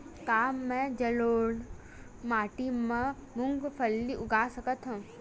का मैं जलोढ़ माटी म मूंगफली उगा सकत हंव?